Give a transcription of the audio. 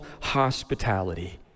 hospitality